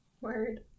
Word